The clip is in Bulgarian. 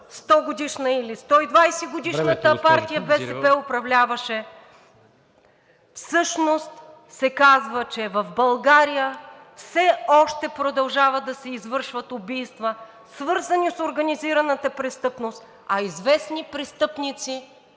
госпожо Каназирева. ДАНИ КАНАЗИРЕВА: …БСП управляваше, всъщност се казва, че в България все още продължават да се извършват убийства, свързани с организираната престъпност, а известни престъпници